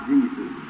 Jesus